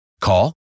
Call